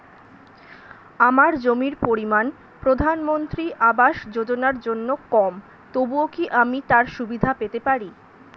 আমার জমির পরিমাণ প্রধানমন্ত্রী আবাস যোজনার জন্য কম তবুও কি আমি তার সুবিধা পেতে পারি?